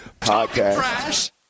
podcast